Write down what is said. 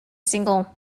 single